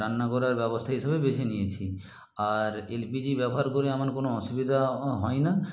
রান্না করার ব্যবস্থা হিসাবে বেছে নিয়েছি আর এল পি জি ব্যবহার করে আমার কোনো অসুবিধা হয় না